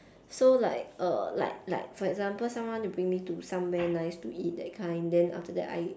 so like err like like for example someone want to bring me to somewhere nice to eat that kind then after that I